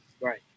Right